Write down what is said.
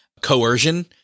coercion